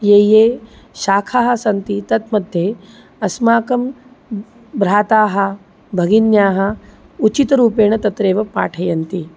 ये ये शाखाः सन्ति तत् मध्ये अस्माकं भ्राता भगिन्यः उचितरूपेण तत्रैव पाठयन्ति